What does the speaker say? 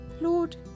Lord